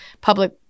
public